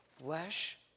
flesh